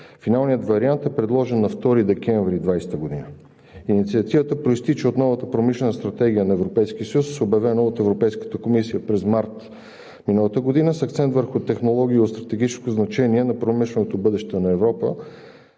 Финалният вариант е предложен на 2 декември 2020 г. Инициативата произтича от новата Промишлена стратегия на Европейския съюз, обявена от Европейската комисия през март миналата година, с акцент върху технологии от стратегическо значение за промишленото бъдеще на Европа,